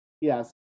Yes